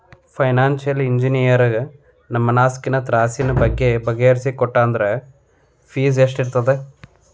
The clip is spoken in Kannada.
ಫೈನಾನ್ಸಿಯಲ್ ಇಂಜಿನಿಯರಗ ನಮ್ಹಣ್ಕಾಸಿನ್ ತ್ರಾಸಿನ್ ಬಗ್ಗೆ ಬಗಿಹರಿಸಿಕೊಟ್ಟಾ ಅಂದ್ರ ಅದ್ರ್ದ್ ಫೇಸ್ ಎಷ್ಟಿರ್ತದ?